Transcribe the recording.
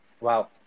Wow